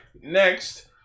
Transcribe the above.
next